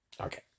Okay